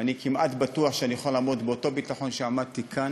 ואני כמעט בטוח שאני אוכל לעמוד באותו ביטחון שעמדתי כאן